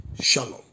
shalom